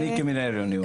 אני כמנהל אומר לך.